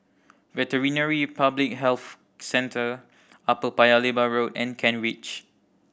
Veterinary Public Health Centre Upper Paya Lebar Road and Kent Ridge